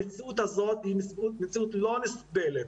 המציאות הזאת היא מציאות בלתי נסבלת.